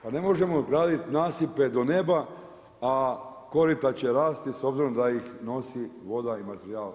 Pa ne možemo graditi napise do neba, a korita će rasti s obzirom da ih nosi voda i materijal